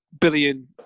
billion